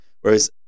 Whereas